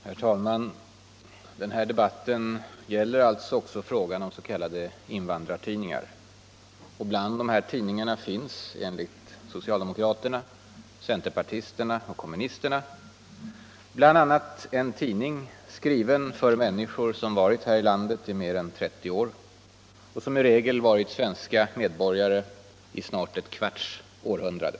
Herr talman! Den här debatten gäller också frågan om s.k. invandrartidningar. Bland dem finns — enligt socialdemokraterna, centerpartisterna och kommunisterna — bl.a. en tidning skriven för människor, som har bott här i landet i mer än 30 år och som i regel varit svenska medborgare i snart ett kvarts århundrade.